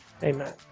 Amen